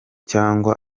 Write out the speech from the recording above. cyangwa